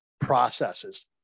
processes